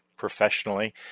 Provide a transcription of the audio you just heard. professionally